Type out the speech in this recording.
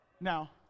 Now